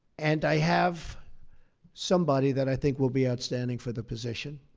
and i have somebody that i think will be outstanding for the position,